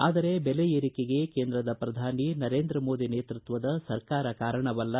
ಆದರೆ ಬೆಲೆ ಏರಿಕೆಗೆ ಕೇಂದ್ರದ ಪ್ರಧಾನಿ ನರೇಂದ್ರ ಮೋದಿ ನೇತೃತ್ವದ ಸರ್ಕಾರ ಕಾರಣವಲ್ಲ